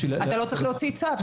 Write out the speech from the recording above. אתה לא צריך להוציא צו.